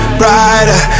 brighter